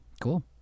Cool